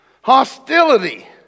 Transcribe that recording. Hostility